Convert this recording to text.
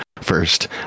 first